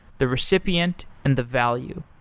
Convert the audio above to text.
the recipient, and the value.